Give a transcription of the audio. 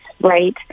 right